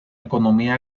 economía